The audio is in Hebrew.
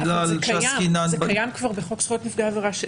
זה כבר קיים בחוק זכויות נפגעי עבירה.